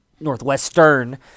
Northwestern